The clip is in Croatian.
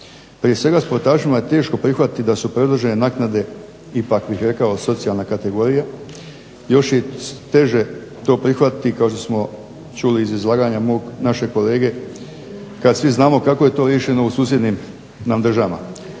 Prije svega, sportašima je teško prihvatiti da su predložene naknade ipak bih rekao socijalna kategorija. Još je teže to prihvatiti kao što smo čuli iz izlaganja našeg kolege kad svi znamo kako je to riješeno u susjednim nam državama.